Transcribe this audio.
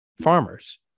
Farmers